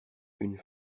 une